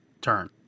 turn